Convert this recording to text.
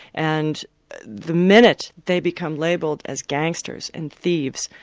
and the minute they become labelled as gangsters and thieves,